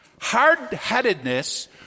Hard-headedness